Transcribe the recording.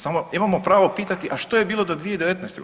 Samo imamo pravo pitati a što je bilo do 2019.